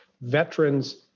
veterans